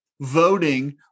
voting